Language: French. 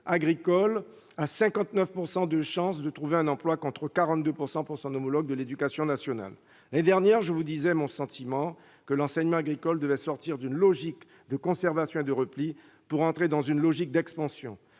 agricole a 59 % de chance de trouver un emploi, contre 42 % pour son homologue de l'éducation nationale ? L'année dernière, je vous disais mon sentiment que l'enseignement agricole devait sortir d'une logique de conservation et de repli pour entrer dans une logique d'expansion.